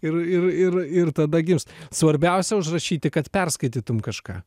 ir ir ir ir tada gims svarbiausia užrašyti kad perskaitytum kažką